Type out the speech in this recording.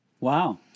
Wow